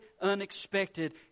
unexpected